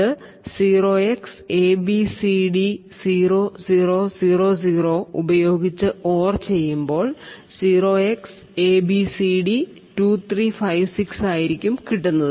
ഇത് 0xabcd0000 ഉപയോഗിച്ച് OR ചെയ്യുമ്പോൾ 0xabcd2356 ആയിരിക്കും കിട്ടുന്നത്